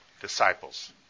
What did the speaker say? disciples